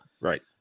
Right